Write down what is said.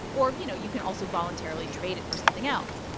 or, you know, you can also voluntarily trade it for something else.